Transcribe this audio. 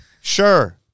Sure